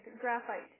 graphite